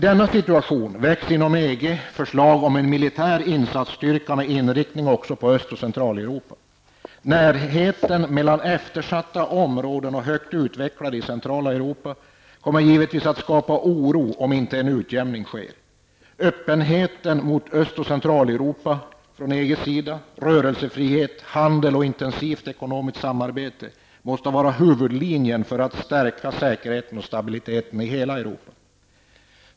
I denna situation väcks förslag inom EG om en militär insatsstyrka med inriktning också på Östoch Centraleuropa. Eftersätta områdens närhet till högt utvecklade områden i centrala Europa är en faktor som givetvis kommer att innebära att oro skapas om en utjämning inte sker. Öppenhet gentemot Öst och Centraleuropa från EGs sida, rörelsefrihet, handel och ett intensivt ekonomiskt samarbete måste vara huvudlinjen när det gäller att stärka säkerheten och stabiliteten i hela Europa.